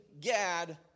Gad